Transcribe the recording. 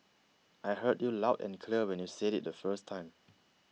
I heard you loud and clear when you said it the first time